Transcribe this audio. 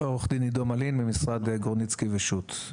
עו"ד עדו מלין, ממשרד גורניצקי ושות'.